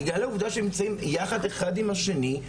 בגלל העובדה שנמצאים יחד אחד עם השני,